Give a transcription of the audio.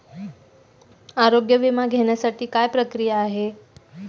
आरोग्य विमा घेण्यासाठी काय प्रक्रिया आहे?